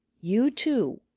you too,